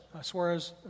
Suarez